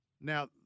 Now